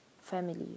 family